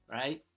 right